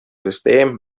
süsteem